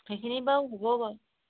সেইখিনি বাৰু হ'ব বাৰু